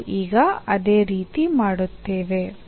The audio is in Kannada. ನಾವು ಈಗ ಅದೇ ರೀತಿ ಮಾಡುತ್ತೇವೆ